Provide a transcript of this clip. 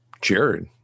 Jared